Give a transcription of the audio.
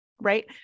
right